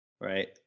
right